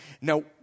Now